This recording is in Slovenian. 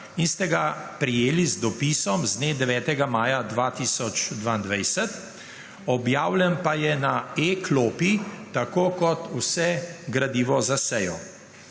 in ste ga prejeli z dopisom dne 9. maja 2022, objavljen pa je na e-klopi, tako kot vso gradivo za sejo.